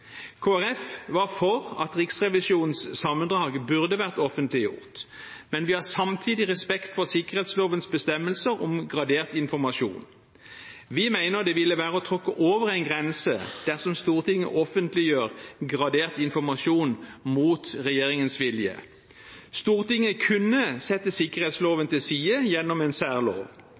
Folkeparti var for at Riksrevisjonens sammendrag burde vært offentliggjort, men vi har samtidig respekt for sikkerhetslovens bestemmelser om gradert informasjon. Vi mener det ville være å tråkke over en grense dersom Stortinget offentliggjør gradert informasjon mot regjeringens vilje. Stortinget kunne sette sikkerhetsloven til side gjennom en særlov.